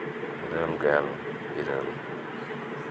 ᱤᱨᱟᱹᱞ ᱜᱮᱞ ᱤᱨᱟᱹᱞ